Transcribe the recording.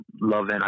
loving